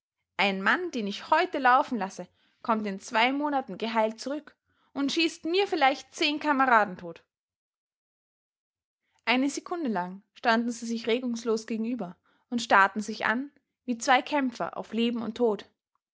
ein mann den ich heute laufen lasse kommt in zwei monaten geheilt zurück und schießt mir vielleicht zehn kameraden tot eine sekunde lang standen sie sich regungslos gegenüber und starrten sich an wie zwei kämpfer auf leben und tod